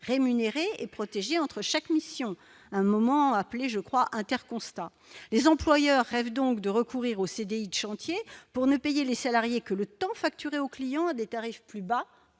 rémunérer et protéger entre chaque mission un moment appeler je crois Inter constat les employeurs rêvent donc de recourir au CDI du chantier pour ne payer les salariés que le temps facturés aux clients à des tarifs plus bas